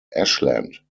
ashland